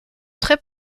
très